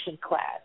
class